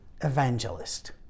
evangelist